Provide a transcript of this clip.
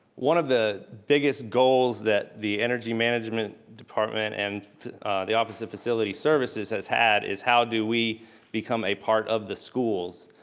one of the biggest goals that the energy management department and the office of facilities services has had is how do we become a part of the schools?